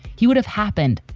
he would have happened.